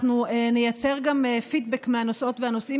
אנחנו נייצר גם פידבק מהנוסעות והנוסעים,